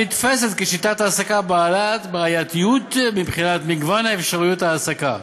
הנתפסת כשיטת העסקה בעייתית מבחינת מגוון אפשרויות ההעסקה.